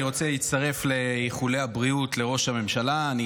אני רוצה להצטרף לאיחולי הבריאות לראש הממשלה.